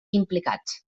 implicats